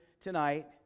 tonight